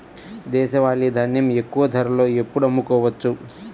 దేశవాలి ధాన్యం ఎక్కువ ధరలో ఎప్పుడు అమ్ముకోవచ్చు?